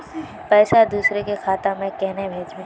पैसा दूसरे के खाता में केना भेजबे?